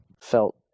felt